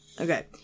Okay